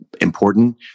important